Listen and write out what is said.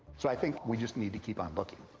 so i think we just need to keep on looking.